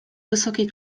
wysokiej